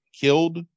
killed